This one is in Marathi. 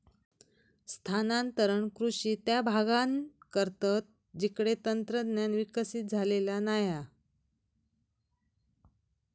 स्थानांतरण कृषि त्या भागांत करतत जिकडे तंत्रज्ञान विकसित झालेला नाय हा